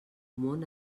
món